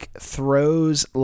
throws